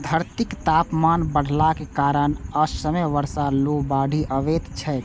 धरतीक तापमान बढ़लाक कारणें असमय बर्षा, लू, बाढ़ि अबैत छैक